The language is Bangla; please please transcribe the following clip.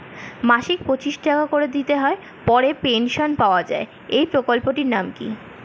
মাসিক পঁচিশ টাকা করে দিতে হয় পরে পেনশন পাওয়া যায় এই প্রকল্পে টির নাম কি?